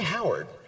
Howard